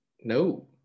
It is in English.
no